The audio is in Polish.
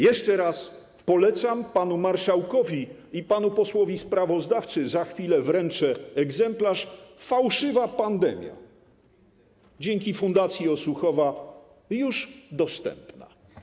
Jeszcze raz polecam panu marszałkowi i panu posłowi sprawozdawcy - za chwilę wręczę egzemplarz - książkę „Fałszywa pandemia”, która dzięki Fundacji Osuchowa jest już dostępna.